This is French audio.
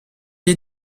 est